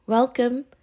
Welcome